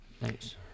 Thanks